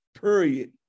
period